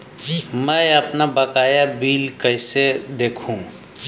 मैं अपना बकाया बिल कैसे देखूं?